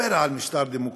הוא דיבר על משטר דמוקרטי,